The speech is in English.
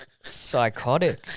psychotic